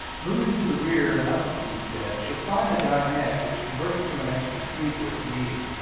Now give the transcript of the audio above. moving to the rear and up a few steps, you'll find the dinette which converts to an extra sleeper if needed.